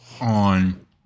on